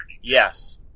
Yes